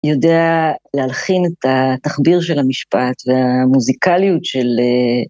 יודע להלחין את התחביר של המשפט והמוזיקליות של...